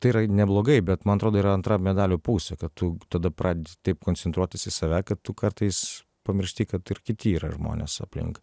tai yra neblogai bet man atrodo yra antra medalio pusė kad tu tada pradedi taip koncentruotis į save kad tu kartais pamiršti kad ir kiti yra žmonės aplink